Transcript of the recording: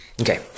Okay